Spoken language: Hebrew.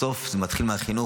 בסוף זה מתחיל מהחינוך.